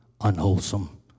unwholesome